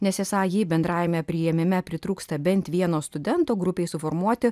nes esą jei bendrajame priėmime pritrūksta bent vieno studento grupei suformuoti